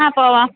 ആ പോവാം